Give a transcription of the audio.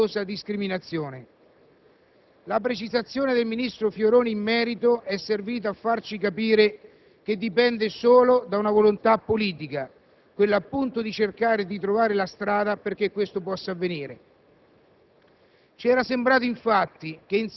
si debba tenere in piedi questa odiosa discriminazione. Laprecisazione del ministro Fioroni in merito è servita a farci capire che dipende solo da una volontà politica: quella, appunto, di trovare la strada perché ciò possa avvenire.